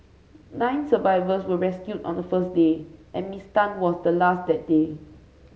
nine survivors were rescued on the first day and Miss Tan was the last that day